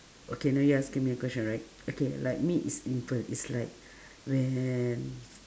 okay now you asking me a question right okay like me is in per~ it's like when